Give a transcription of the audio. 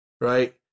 right